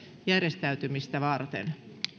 järjestäytymistä varten